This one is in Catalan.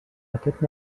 aquest